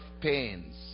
pains